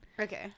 Okay